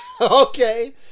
Okay